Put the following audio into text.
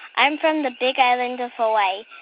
i'm from the big island of hawaii.